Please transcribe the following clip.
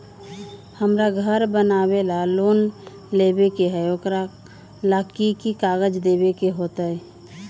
हमरा घर बनाबे ला लोन लेबे के है, ओकरा ला कि कि काग़ज देबे के होयत?